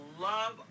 love